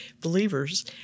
believers